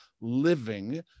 living